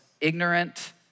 ignorant